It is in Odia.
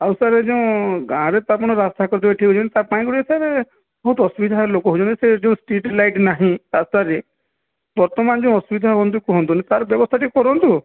ଆଉ ସାର୍ ଏ ଯେଉଁ ଗାଁରେ ତ ଆପଣ ରାସ୍ତା କରିଦେବେ ଠିକ୍ ଅଛି ତା ପାଇଁ ଗୋଟିଏ ସାର୍ ବହୁତ ଅସୁବିଧା ଲୋକ ହେଉଛନ୍ତି ସେ ଯେଉଁ ଷ୍ଟ୍ରୀଟ୍ ଲାଇଟ୍ ନାହିଁ ରାସ୍ତାରେ ବର୍ତ୍ତମାନ ଯେଉଁ ଅସୁବିଧା ହେଉଛନ୍ତି କୁହନ୍ତୁନି ତାର ବ୍ୟବସ୍ଥା ଟିକେ କରନ୍ତୁ